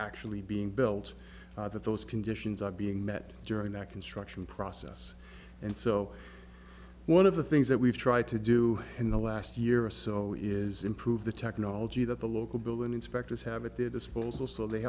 actually being built that those conditions are being met during that construction process and so one of the things that we've tried to do in the last year or so is improve the technology that the local building inspectors have at their disposal so they